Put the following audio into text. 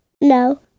No